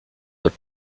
get